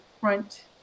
front